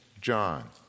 John